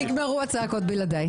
נגמרו הצעקות בלעדיי.